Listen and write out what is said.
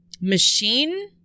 machine